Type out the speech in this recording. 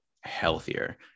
healthier